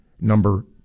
number